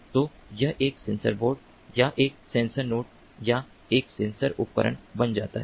तो यह एक सेंसर बोर्ड या एक सेंसर नोड या एक सेंसर उपकरण बन जाता है